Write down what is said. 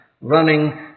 running